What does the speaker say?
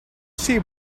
see